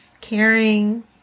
caring